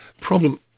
problem